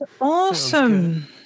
awesome